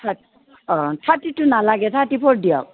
থা অ thirty two নালাগে থাৰ্টি ফ'ৰ দিয়ক